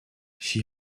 she